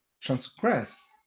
transgress